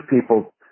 people